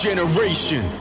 Generation